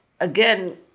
again